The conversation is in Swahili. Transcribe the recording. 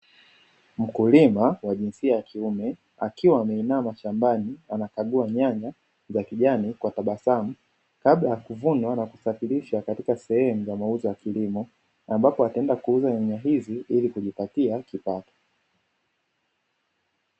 Mkulima wa jinsia ya kiume akiwa ameinama shambani, anakagua nyanya za kijani kwa tabasamu kabla na kuvunwa kusafirisha katika sehemu ya mauzo ya kilimo, ambapo ataenda kuuza nyanya hizi ili kujipatia kipato.